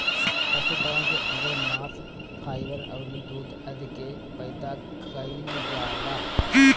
पशुपालन के अंदर मांस, फाइबर अउरी दूध आदि के पैदा कईल जाला